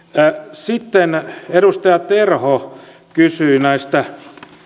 sitten edustaja terho kysyi näistä